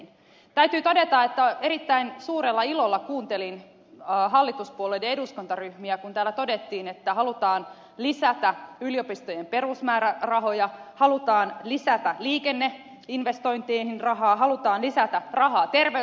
täytyy todeta että erittäin suurella ilolla kuuntelin hallituspuolueiden eduskuntaryhmiä kun täällä todettiin että halutaan lisätä yliopistojen perusmäärärahoja halutaan lisätä liikenneinvestointeihin rahaa halutaan lisätä rahaa terveyspalveluihin